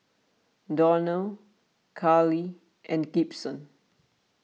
Donnell Karley and Gibson